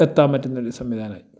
എത്താൻ പറ്റുന്ന ഒരു സംവിധാനമായി